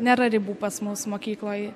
nėra ribų pas mus mokykloj